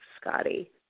Scotty